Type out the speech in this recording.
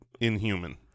inhuman